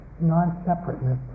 non-separateness